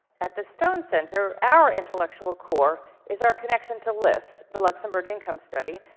at the stone center, our intellectual core is our connection to list. the luxembourg income study,